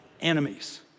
enemies